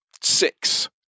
six